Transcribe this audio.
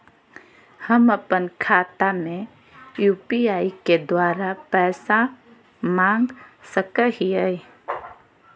हम अपन खाता में यू.पी.आई के द्वारा पैसा मांग सकई हई?